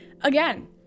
again